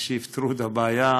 שיפתרו את הבעיה.